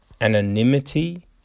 Anonymity